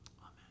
Amen